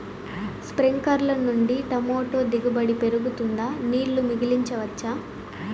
స్ప్రింక్లర్లు నుండి టమోటా దిగుబడి పెరుగుతుందా? నీళ్లు మిగిలించవచ్చా?